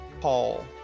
Paul